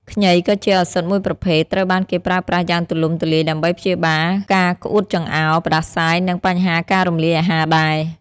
ខ្ញី ក៏ជាឱសថមួយប្រភេទ ត្រូវបានគេប្រើប្រាស់យ៉ាងទូលំទូលាយដើម្បីព្យាបាលការក្អួតចង្អោរ ផ្តាសាយ និងបញ្ហាការរំលាយអាហារដែរ។